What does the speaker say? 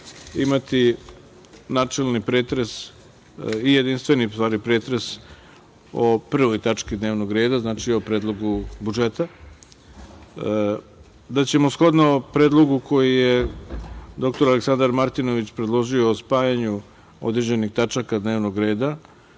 imati načelni pretres i jedinstveni pretres o 1. tački dnevnog reda, znači o Predlogu budžeta. Da ćemo shodno predlogu koji je doktor Aleksandar Martinović predloži o spajanju određenih tačaka dnevnog reda,